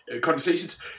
conversations